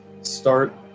start